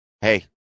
hey